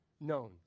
known